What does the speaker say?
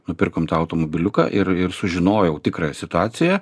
nupirkom tą automobiliuką ir ir sužinojau tikrąją situaciją